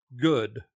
good